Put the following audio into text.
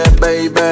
baby